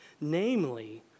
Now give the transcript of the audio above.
Namely